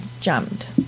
jumped